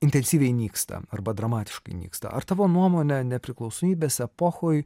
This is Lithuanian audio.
intensyviai nyksta arba dramatiškai nyksta ar tavo nuomone nepriklausomybės epochoj